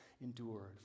endured